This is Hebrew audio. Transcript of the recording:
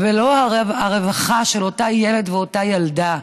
ולא הרווחה של אותו ילד ואותה ילדה,